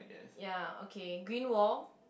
ya okay green wall